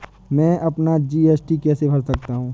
मैं अपना जी.एस.टी कैसे भर सकता हूँ?